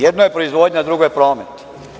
Jedno je proizvodnja, a drugo je promet.